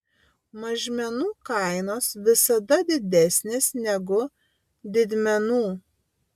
mažmenų kainos visada didesnės negu didmenų